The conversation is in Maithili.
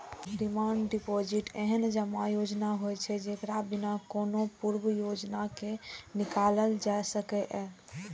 डिमांड डिपोजिट एहन जमा योजना होइ छै, जेकरा बिना कोनो पूर्व सूचना के निकालल जा सकैए